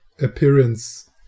appearance